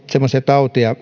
semmoisia tauteja